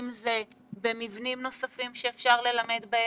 אם זה במבנים נוספים שאפשר ללמד בהם,